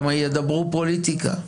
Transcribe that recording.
כי ידברו פוליטיקה.